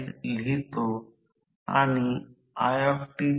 तर रोटर विद्युत प्रवाह वारंवारिता 1 ते 4 हर्ट्जपेक्षा कमी आहे